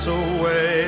away